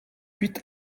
huit